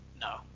no